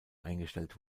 eingestellt